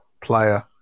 player